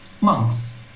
Monks